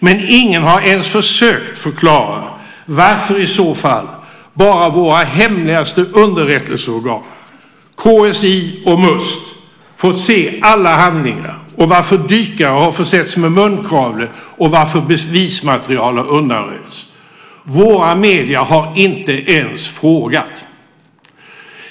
Men ingen har ens försökt förklara varför i så fall bara våra hemligaste underrättelseorgan, KSI och Must, fått se alla handlingar, varför dykare har försetts med munkavle och varför bevismaterial har undanröjts. Våra medier har inte ens frågat.